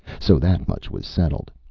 so that much was settled.